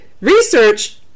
Research